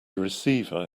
receiver